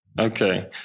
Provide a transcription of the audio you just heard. Okay